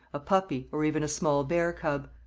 a puppy, or even a small bear cub.